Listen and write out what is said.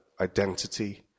identity